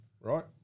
right